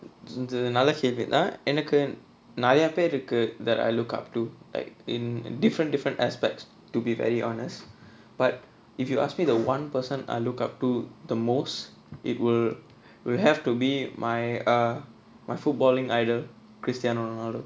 இது நல்ல கேள்வி தான் எனக்கு நிறையா பேரு இருக்கு:ithu nalla kelvi thaan enakku niraiyaa peru irukku that I look up to like in different different aspects to be very honest but if you ask me the one person I look up to the most it will will have to be my err my footballing idol cristiano ronaldo